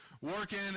working